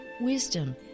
Wisdom